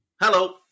Hello